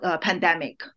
pandemic